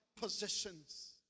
positions